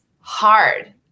hard